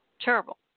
terrible